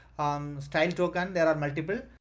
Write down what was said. um, style token. there are multiple.